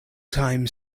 time